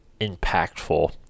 impactful